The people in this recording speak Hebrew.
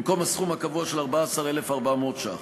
במקום הסכום הקבוע של 14,400 ש"ח.